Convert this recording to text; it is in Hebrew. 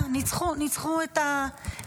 את מי הם ניצחו, את האופוזיציה?